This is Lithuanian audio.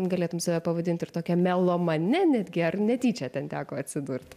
galėtum save pavadint ir tokia melomane netgi ar netyčia ten teko atsidurt